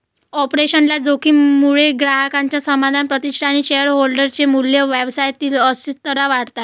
operational जोखीम मुळे ग्राहकांचे समाधान, प्रतिष्ठा आणि शेअरहोल्डर चे मूल्य, व्यवसायातील अस्थिरता वाढतात